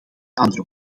andere